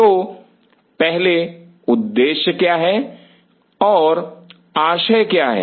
तो पहले उद्देश्य क्या है और आशय क्या है